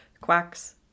quacks